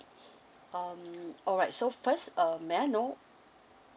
um alright so first uh may I know